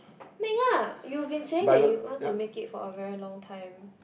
make ah you've been saying that you want to make it for a very long time